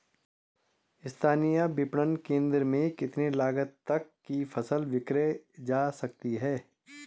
स्थानीय विपणन केंद्र में कितनी लागत तक कि फसल विक्रय जा सकती है?